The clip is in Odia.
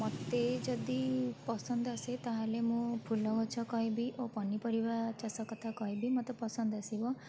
ମୋତେ ଯଦି ପସନ୍ଦ ଆସେ ତାହେଲେ ମୁଁ ଫୁଲ ଗଛ କହିବି ଓ ପନିପରିବା ଚାଷ କଥା କହିବି ମୋତେ ପସନ୍ଦ ଆସିବ